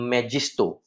Magisto